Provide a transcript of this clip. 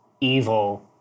evil